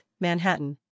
Manhattan